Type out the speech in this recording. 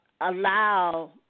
allow